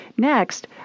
Next